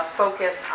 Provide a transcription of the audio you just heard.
focus